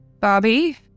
Bobby